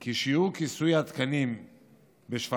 כי שיעור כיסוי התקנים בשפ"חים,